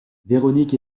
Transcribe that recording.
véronique